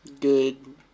good